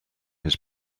his